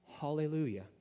Hallelujah